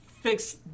fix